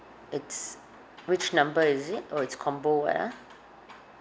it's which number is it oh it's combo what ah